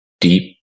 deep